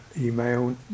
email